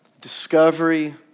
discovery